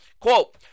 Quote